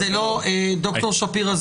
דוקטור שפירא,